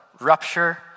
rupture